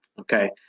okay